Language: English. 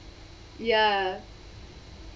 ya